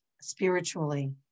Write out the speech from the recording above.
spiritually